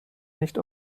nicht